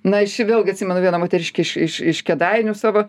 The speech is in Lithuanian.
na aš čia vėlgi atsimenu vieną moteriškę iš iš iš kėdainių savo